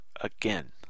again